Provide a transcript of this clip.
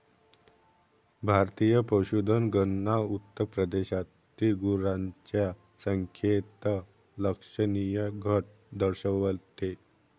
भारतीय पशुधन गणना उत्तर प्रदेशातील गुरांच्या संख्येत लक्षणीय घट दर्शवते